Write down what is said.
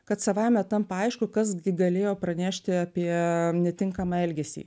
kad savaime tampa aišku kas gi galėjo pranešti apie netinkamą elgesį